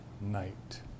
night